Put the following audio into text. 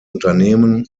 unternehmen